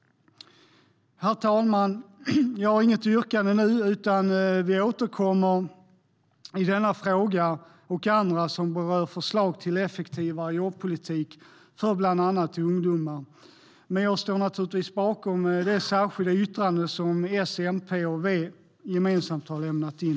Herr talman! Jag har inget yrkande nu, utan vi återkommer i denna fråga och andra som berör förslag till en effektivare jobbpolitik för bland annat ungdomar. Men jag står naturligtvis bakom det särskilda yttrande som S, MP och V gemensamt har lämnat in.